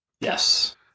Yes